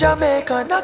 Jamaican